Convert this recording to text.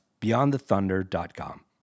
beyondthethunder.com